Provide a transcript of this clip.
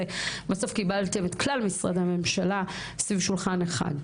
קבלתם את כלל משרדי הממשלה סביב שולחן אחד.